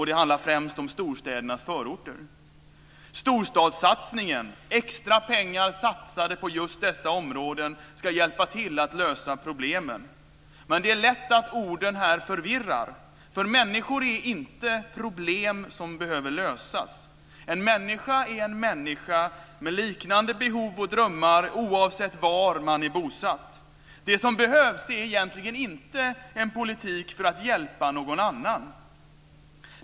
Det handlar främst om storstädernas förorter. Storstadssatsningen, extra pengar satsade på just dessa områden, ska hjälpa till att lösa problemen. Men det är lätt att orden förvirrar. Människor är nämligen inte problem som behöver lösas. En människa är en människa med liknande behov och drömmar, oavsett var man är bosatt. Det som behövs är egentligen inte en politik för att hjälpa någon annan.